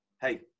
hey